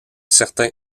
certain